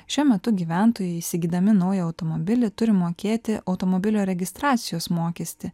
šiuo metu gyventojai įsigydami naują automobilį turi mokėti automobilio registracijos mokestį